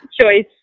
choice